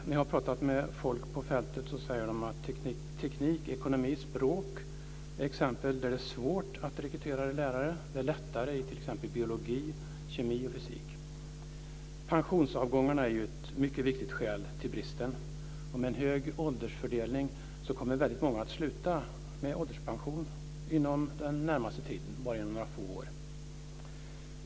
När jag har pratat med folk på fältet säger de att teknik, ekonomi och språk är exempel på ämnen där det är svårt att rekrytera lärare. Det är lättare i t.ex. biologi, kemi och fysik. Pensionsavgångarna är ett mycket viktigt skäl till bristen, och med en hög åldersfördelning kommer många att sluta med ålderspension inom bara några få år.